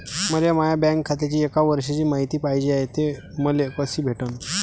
मले माया बँक खात्याची एक वर्षाची मायती पाहिजे हाय, ते मले कसी भेटनं?